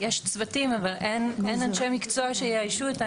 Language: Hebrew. יש צוותים, אבל אין אנשי מקצוע שיאיישו את העמדות.